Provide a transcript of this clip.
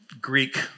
Greek